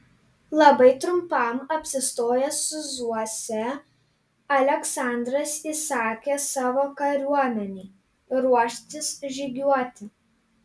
labai trumpam apsistojęs sūzuose aleksandras įsakė savo kariuomenei ruoštis žygiuoti